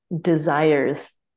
desires